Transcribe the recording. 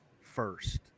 first